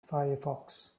firefox